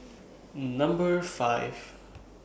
Number five